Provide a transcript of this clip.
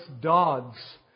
Dodds